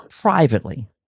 privately